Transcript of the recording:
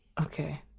okay